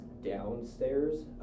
downstairs